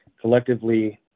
collectively